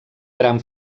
gran